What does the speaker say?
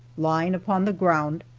lying upon the ground,